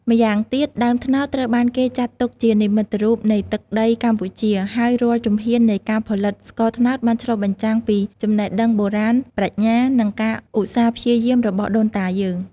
ម្យ៉ាងទៀត ដើមត្នោតត្រូវបានគេចាត់ទុកជានិមិត្តរូបនៃទឹកដីកម្ពុជា ហើយរាល់ជំហាននៃការផលិតស្ករត្នោតបានឆ្លុះបញ្ចាំងពីចំណេះដឹងបុរាណ ប្រាជ្ញា និងការឧស្សាហ៍ព្យាយាមរបស់ដូនតាយើង។